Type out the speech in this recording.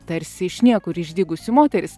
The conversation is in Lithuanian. tarsi iš niekur išdygusi moteris